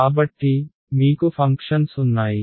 కాబట్టి మీకు ఫంక్షన్స్ ఉన్నాయి